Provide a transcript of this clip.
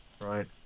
right